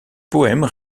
poèmes